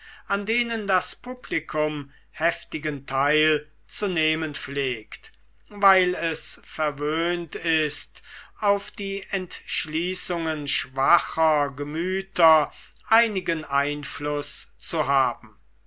an denen das publikum heftigen teil zu nehmen pflegt weil es verwöhnt ist auf die entschließungen schwacher gemüter einigen einfluß zu haben